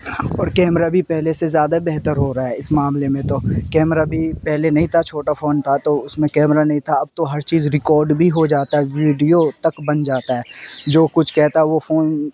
اور کیمرہ بھی پہلے سے زیادہ بہتر ہو رہا ہے اس معاملے میں تو کیمرہ بھی پہلے نہیں تھا چھوٹا فون تھا تو اس میں کیمرہ نہیں تھا اب تو ہر چیز ریکارڈ بھی ہو جاتا ہے ویڈیو تک بن جاتا ہے جو کچھ کہتا ہے وہ فون